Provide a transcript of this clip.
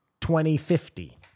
2050